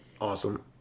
awesome